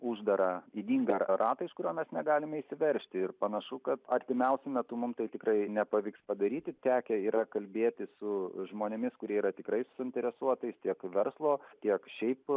uždarą ydingą ratą iš kurio mes negalime išsiveržti ir panašu kad artimiausiu metu mum tai tikrai nepavyks padaryti tekę yra kalbėti su žmonėmis kurie yra tikrai suinteresuotais tiek verslo tiek šiaip